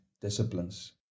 disciplines